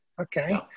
okay